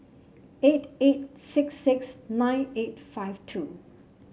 eight eight six six nine eight five two